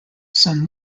son